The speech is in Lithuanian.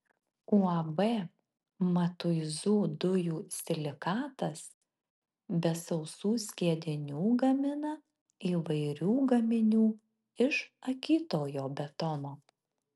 uab matuizų dujų silikatas be sausų skiedinių gamina įvairių gaminių iš akytojo betono